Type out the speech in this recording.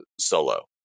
Solo